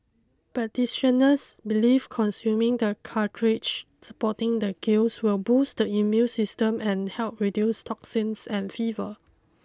practitioners believe consuming the cartridge supporting the gills will boost the immune system and help reduce toxins and fever